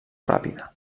ràpida